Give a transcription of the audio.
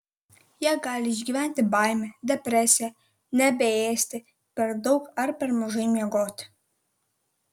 jie gali išgyventi baimę depresiją nebeėsti per daug ar per mažai miegoti